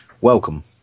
Welcome